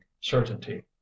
certainty